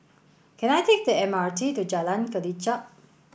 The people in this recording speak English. can I take the M R T to Jalan Kelichap